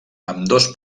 ambdós